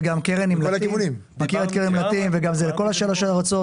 זה גם קרן נמלטים וזה גם לכל שלוש הארצות.